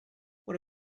what